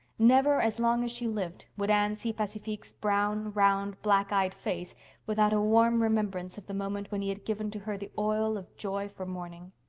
never, as long as she lived, would anne see pacifique's brown, round, black-eyed face without a warm remembrance of the moment when he had given to her the oil of joy for mourning.